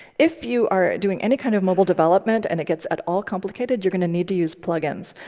if you are doing any kind of mobile development and it gets at all complicated, you're going to need to use plugins.